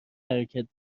حرکت